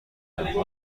ریختن